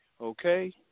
okay